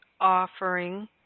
offering